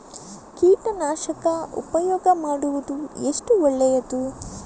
ಕೀಟನಾಶಕ ಉಪಯೋಗ ಮಾಡುವುದು ಎಷ್ಟು ಒಳ್ಳೆಯದು?